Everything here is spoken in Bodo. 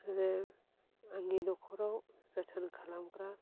आरो आंनि नखराव जोथोन खालामग्रा